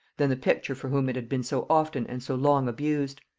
than the picture for whom it had been so often and so long abused.